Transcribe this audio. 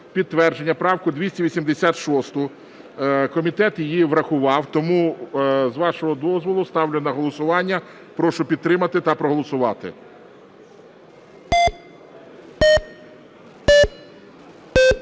підтвердження правку 286. Комітет її врахував. Тому, з вашого дозволу, ставлю на голосування. Прошу підтримати та проголосувати.